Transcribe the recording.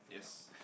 yes